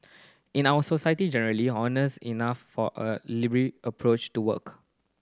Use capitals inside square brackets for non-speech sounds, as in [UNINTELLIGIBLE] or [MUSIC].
in our society generally honest enough for a [UNINTELLIGIBLE] approach to work